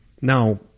Now